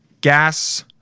gas